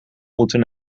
moeten